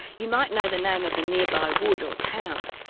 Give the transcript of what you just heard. you might know the name of a nearby wood or town.